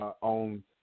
on